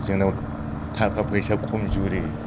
जोंनाव थाखा फैसा खमजुरि